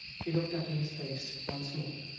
she looked up in his face once more.